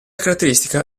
caratteristica